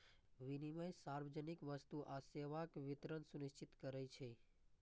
विनियम सार्वजनिक वस्तु आ सेवाक वितरण सुनिश्चित करै छै